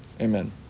Amen